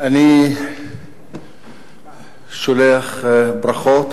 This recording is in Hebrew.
אני שולח ברכות